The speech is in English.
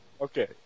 Okay